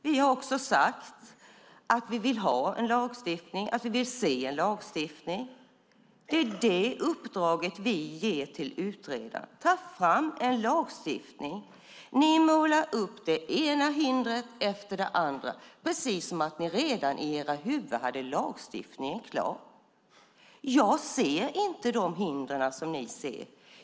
Vi har också sagt att vi vill ha en lagstiftning. Det är det uppdrag vi ger till utredaren: Ta fram en lagstiftning! Ni målar upp det ena hindret efter det andra, precis som att ni redan i era huvuden hade lagstiftningen klar. Jag ser inte de hinder ni ser.